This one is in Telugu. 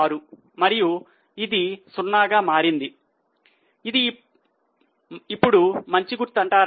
06 మరియు ఇది 0 గా మారింది ఇప్పుడు ఇది మంచి గుర్తు అంటారా